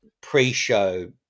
pre-show